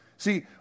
See